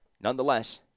Nonetheless